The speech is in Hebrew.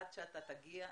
עד שאתה תגיע,